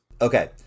Okay